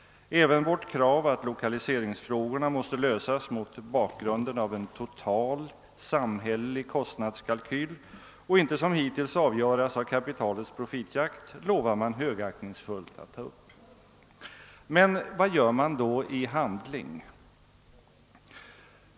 Även vårt krav att lokaliseringsfrågorna måste lösas mot bakgrunden av en total samhällelig kostnadskalkyl och inte som hittills avgöras av kapitalets profitjakt lovar man högaktningsfullt att ta upp. Men vad gör man då i handling?